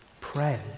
pray